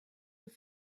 were